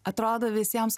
atrodo visiems